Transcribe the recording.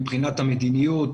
מבחינת המדיניות,